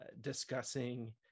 discussing